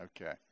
Okay